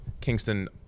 Kingston